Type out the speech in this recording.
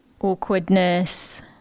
awkwardness